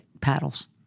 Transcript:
paddles